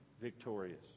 victorious